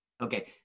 Okay